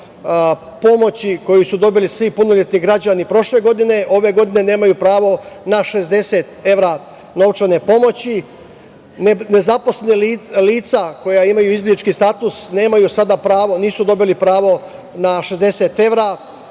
pomoći koju su dobili svi punoletni građani prošle godine, a ni ove godine nemaju pravo na 60 evra novčane pomoći. Nezaposlena lica koja imaju izbeglički status nisu dobili pravo na 60 evra.